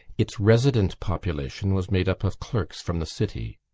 its resident population was made up of clerks from the city.